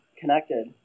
connected